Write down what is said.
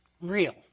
real